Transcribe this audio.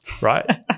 right